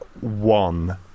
one